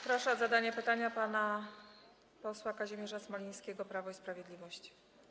Proszę o zadanie pytania pana posła Kazimierza Smolińskiego, Prawo i Sprawiedliwość.